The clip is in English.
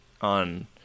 on